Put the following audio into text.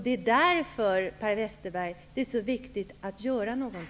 Det är därför, Per Westerberg, som det är så viktigt att göra något.